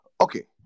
Okay